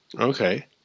Okay